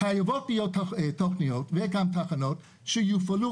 חייבות להיות תוכניות וגם תחנות שיופעלו